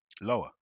Lower